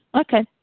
okay